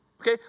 Okay